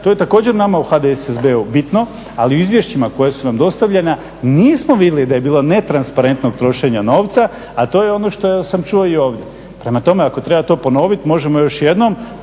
to je također nama u HDSSB-u bitno, ali u izvješćima koja su nam dostavljena nismo vidjeli da je bilo netransparentnog trošenja novca, a to je ono što sam čuo i ovdje. Prema tome, ako treba to ponovit možemo još jednom,